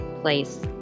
place